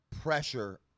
pressure